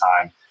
time